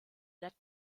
let